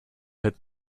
had